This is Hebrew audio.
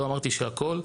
לא אמרתי שהכל.